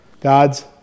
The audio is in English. God's